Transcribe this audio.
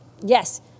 Yes